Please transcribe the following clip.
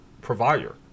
provider